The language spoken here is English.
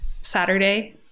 Saturday